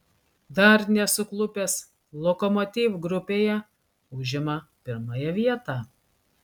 dar nesuklupęs lokomotiv grupėje užima pirmąją vietą